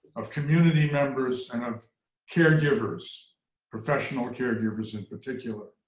of community members, and of caregivers professional caregivers, in particular.